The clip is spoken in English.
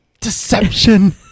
Deception